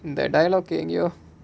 that dialogue in you